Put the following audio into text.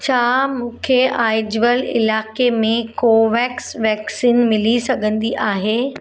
छा मूंखे अइज्वल इलाइक़े में कोवेक्स वैक्सीन मिली सघंदी आहे